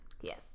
Yes